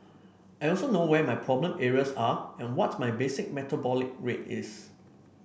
I also know where my problem areas are and what my basic metabolic rate is